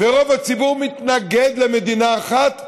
רוב הציבור מתנגד למדינה אחת,